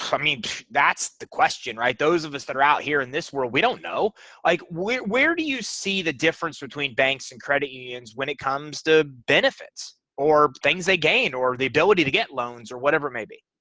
i mean that's the question right those of us that are out here in this world we don't know like where where do you see the difference between banks and credit unions when it comes to benefits or things they gain or the ability to get loans or whatever maybe.